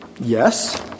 Yes